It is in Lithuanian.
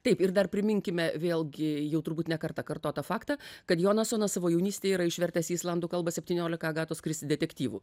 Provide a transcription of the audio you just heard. taip ir dar priminkime vėlgi jau turbūt ne kartą kartotą faktą kad jonasonas savo jaunystėje yra išvertęs į islandų kalbą septyniolika agatos kristi detektyvų